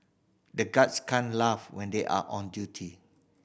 the guards can't laugh when they are on duty